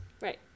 right